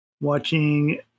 watching